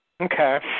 Okay